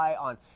on